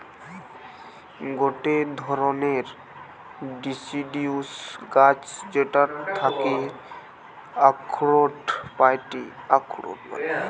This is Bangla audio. গটে ধরণের ডিসিডিউস গাছ যেটার থাকি আখরোট পাইটি